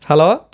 hello